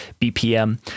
BPM